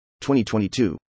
2022